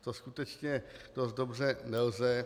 To skutečně dost dobře nelze.